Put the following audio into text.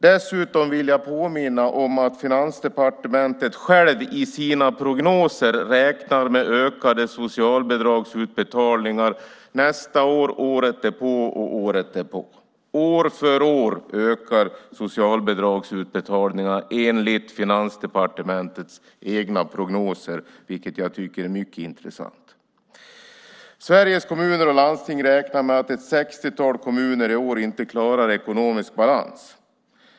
Dessutom vill jag påminna om att Finansdepartementet självt i sina prognoser räknar med ökade socialbidragsutbetalningar nästa år, året därpå och året efter det. År för år ökar socialbidragsutbetalningarna enligt Finansdepartementets egna prognoser, vilket jag tycker är mycket intressant. Sveriges Kommuner och Landsting räknar med att ett sextiotal kommuner i år inte klarar ekonomisk balans.